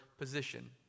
position